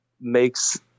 makes